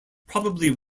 probably